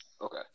okay